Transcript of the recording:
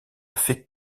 fait